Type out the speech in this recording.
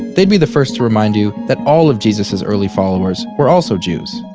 they'd be the first to remind you that all of jesus' early followers were also jews.